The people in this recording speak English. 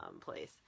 place